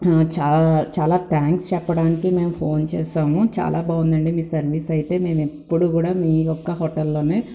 చాలా చాలా థ్యాంక్స్ చెప్పడానికి మేము ఫోన్ చేసాము చాలా బాగుందండి మీ సర్వీసైతే మేము ఎప్పుడు కూడా మీ యొక్క హోటల్లోనే